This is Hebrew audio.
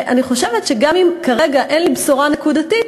אני חושבת שגם אם כרגע אין לי בשורה נקודתית,